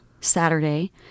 Saturday